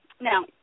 now